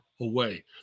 away